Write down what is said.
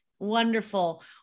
Wonderful